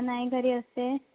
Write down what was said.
नाही घरी असते